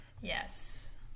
Yes